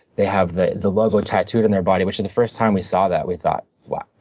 they have the the logo tattooed on their body. which, the first time we saw that, we thought, wow.